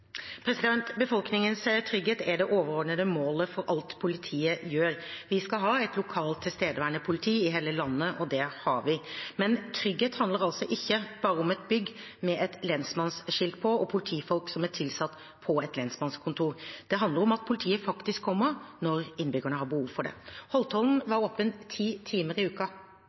Befolkningens trygghet er det overordnede målet for alt politiet gjør. Vi skal ha et lokalt tilstedeværende politi i hele landet, og det har vi. Men trygghet handler ikke bare om et bygg med et lensmannsskilt på og politifolk som er tilsatt på et lensmannskontor. Det handler om at politiet faktisk kommer når innbyggerne har behov for det. Holtålen var åpen 10 timer i